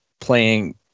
playing